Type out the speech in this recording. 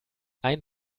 ein